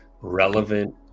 relevant